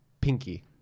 pinky